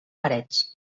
parets